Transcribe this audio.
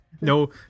No